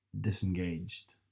disengaged